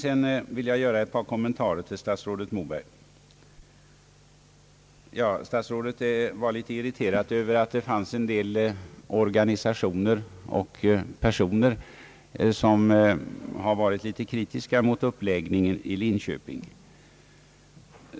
Sedan vill jag göra ett par kommentarer till statsrådet Mobergs anförande. Statsrådet var litet irriterad över att det fanns en rad organisationer och personer, som har varit kritiska mot uppläggningen i Linköping.